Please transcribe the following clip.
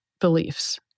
beliefs